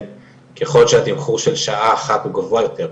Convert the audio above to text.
ככל שהתמחור של שעה אחת הוא גבוה יותר,